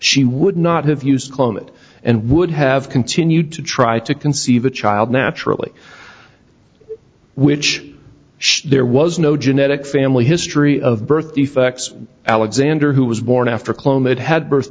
she would not have used it and would have continued to try to conceive a child naturally which there was no genetic family history of birth defects alexander who was born after clomid had birth